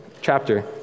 chapter